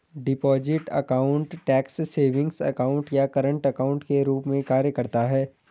deposit account tax savings account या current account के रूप में कार्य करता है